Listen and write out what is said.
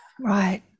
Right